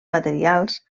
materials